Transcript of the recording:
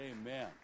Amen